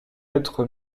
être